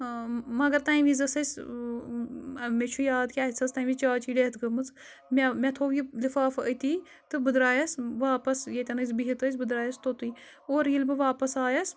مگر تَمہِ وِزِ ٲس اَسہِ مےٚ چھُ یاد کہِ اَسہِ ٲس تَمہِ وِزِ چاچی ڈٮ۪تھ گٔمٕژ مےٚ مےٚ تھوٚو یہِ لِفافہٕ أتی تہٕ بہٕ درٛایَس واپَس ییٚتٮ۪ن أسۍ بِہِتھ ٲسۍ بہٕ درٛایَس توٚتُے اورٕ ییٚلہِ بہٕ واپَس آیَس